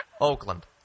Oakland